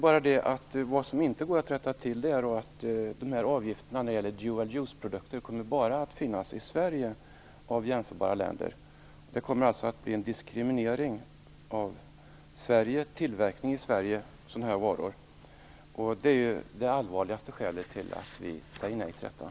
Vad som däremot inte går att rätta till är att avgifterna vad gäller dual use-produkter bara kommer att finnas i Sverige och inte i andra jämförbara länder. Sverige kommer alltså att diskrimineras när det gäller tillverkning av sådana här varor. Det är det allvarligaste skälet till att vi säger nej till förslaget.